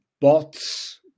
bots